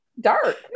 dark